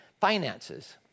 Finances